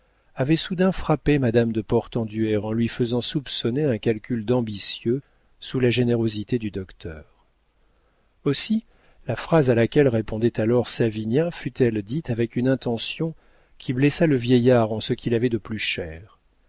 avait soudain frappé madame de portenduère en lui faisant soupçonner un calcul d'ambitieux sous la générosité du docteur aussi la phrase à laquelle répondait alors savinien fut-elle dite avec une intention qui blessa le vieillard en ce qu'il avait de plus cher